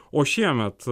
o šiemet